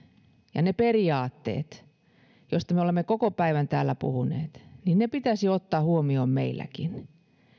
ja ne periaatteet joista me olemme koko päivän täällä puhuneet pitäisi ottaa huomioon meilläkin